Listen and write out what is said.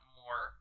more